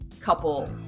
couple